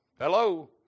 Hello